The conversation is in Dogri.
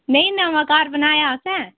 नेईं नमां घर बनाया असें